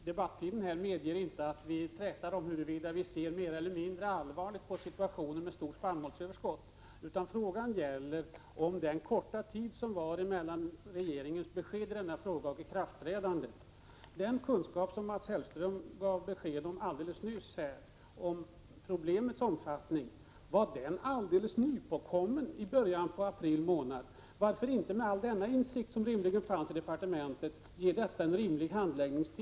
Herr talman! Debattiden medger inte att vi träter om huruvida vi ser mer eller mindre allvarligt på situationen med ett stort spannmålsöverskott. Vad frågan gäller är den korta tid som stod till buds mellan regeringens besked om förbudet och ikraftträdandet. Var den kunskap om problemets omfattning som Mats Hellström gav besked om alldeles nyss helt nypåkommen i början av april månad? Varför kunde man inte med all den insikt som rimligen fanns idepartementet medge en rimlig handläggningstid?